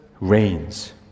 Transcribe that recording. reigns